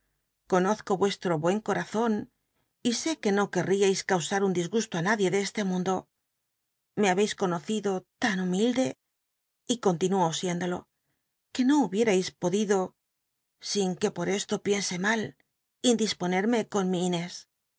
conozco ucsllo buen comzon y sé que no querríais causar un disgusto i nadie de este mundo me ha beis conocido tan humilde y continúo siéndolo que no hubierais podido sin que por esto piense mal indisponerme con mi inés